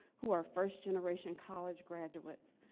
who are first generation college graduates.